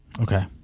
Okay